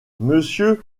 monsieur